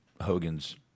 Hogan's